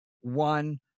one